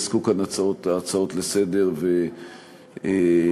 עסקו כאן ההצעות לסדר-היום,